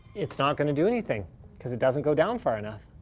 it's not gonna do anything cause it doesn't go down far enough.